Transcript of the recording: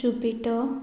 jupiter